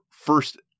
first